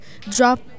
drop